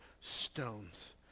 stones